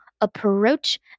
approach